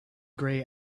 grey